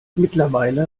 mittlerweile